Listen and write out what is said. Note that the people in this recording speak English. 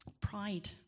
Pride